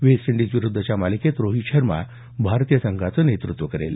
waste इंडिजविरुद्धच्या मालिकेतून रोहित शर्मा भारतीय संघाचं नेतृत्व करेल